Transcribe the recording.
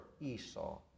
Esau